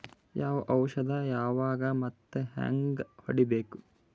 ಯಾವ ಔಷದ ಯಾವಾಗ ಮತ್ ಹ್ಯಾಂಗ್ ಹೊಡಿಬೇಕು?